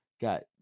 got